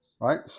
right